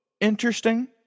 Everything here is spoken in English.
Interesting